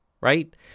right